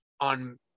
on